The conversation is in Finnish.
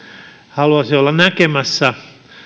haluaisin olla näkemässä